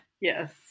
Yes